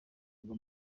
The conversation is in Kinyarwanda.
murwa